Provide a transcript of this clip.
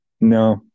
No